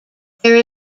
there